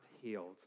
healed